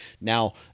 Now